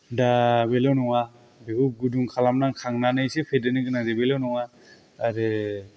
दा बेल' नङा बेखौ गुदुं खालामना खांनानैसो फेदेरनो गोनां जायो बेल' नङा आरो